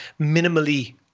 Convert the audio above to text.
minimally